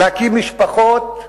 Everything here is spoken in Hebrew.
להקים משפחות,